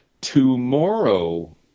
tomorrow